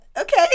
Okay